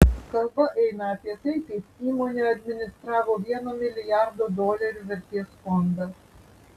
kalba eina apie tai kaip įmonė administravo vieno milijardo dolerių vertės fondą